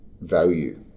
value